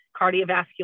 cardiovascular